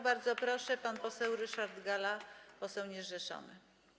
Bardzo proszę, pan poseł Ryszard Galla, poseł niezrzeszony.